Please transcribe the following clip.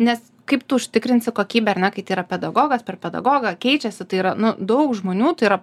nes kaip tu užtikrinsi kokybę ar ne kai tai yra pedagogas per pedagogą keičiasi tai yra daug žmonių tai yra